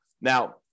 Now